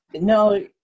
no